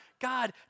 God